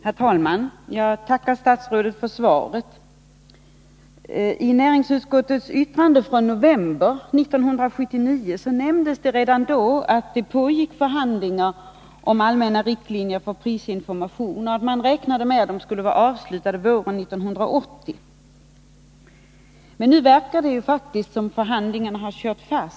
Herr talman! Jag tackar statsrådet för svaret på min fråga. Jag vill peka på att näringsutskottet redan i november 1979 redovisade att förhandlingar pågick om allmänna riktlinjer för prisinformation. Man räknade med att förhandlingarna skulle avslutas våren 1980. Nu verkar det dock som om förhandlingarna har kört fast.